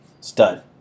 Stud